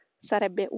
sarebbe